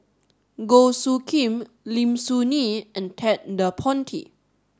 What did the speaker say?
Goh Soo Khim Lim Soo Ngee and Ted De Ponti